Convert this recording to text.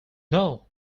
know